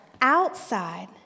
outside